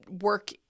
work